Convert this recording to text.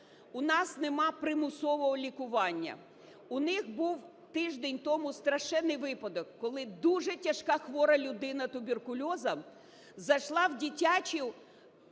У нас нема примусового лікування. У них був тиждень тому страшенний випадок, коли дуже тяжкохвора людина туберкульозом зайшла в дитячу лікарню